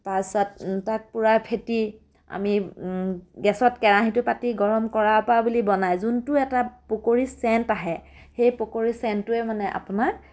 তাৰ পাছত তাত পূৰা ফেটি আমি গেছত কেৰাহীটো পাতি গৰম কৰা পৰা বুলি বনায় যোনটো এটা পকৰীৰ চেণ্ট আহে সেই পকৰীৰ চেণ্টটোৱে মানে আপোনাৰ